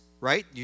right